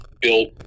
built